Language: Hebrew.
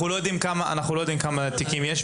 אנחנו לא יודעים כמה תיקים יש,